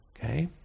Okay